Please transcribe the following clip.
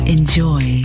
Enjoy